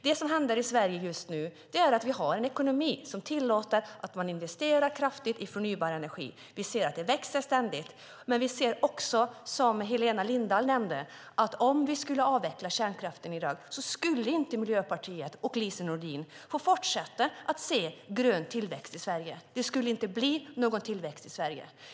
Just nu har vi en ekonomi i Sverige som tillåter att man investerar kraftigt i förnybar energi. Det växer ständigt. Men, som Helena Lindahl också nämnde, om vi skulle avveckla kärnkraften i dag skulle inte Miljöpartiet och Lise Nordin få fortsätta att se en grön tillväxt. Det skulle inte bli någon tillväxt i Sverige.